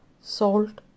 salt